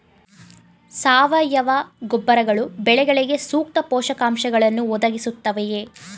ಸಾವಯವ ಗೊಬ್ಬರಗಳು ಬೆಳೆಗಳಿಗೆ ಸೂಕ್ತ ಪೋಷಕಾಂಶಗಳನ್ನು ಒದಗಿಸುತ್ತವೆಯೇ?